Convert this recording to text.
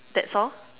that's all